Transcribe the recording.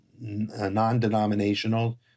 non-denominational